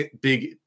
big